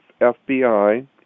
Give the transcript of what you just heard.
FBI